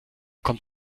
kommt